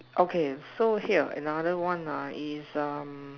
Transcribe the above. okay so here another one ah is um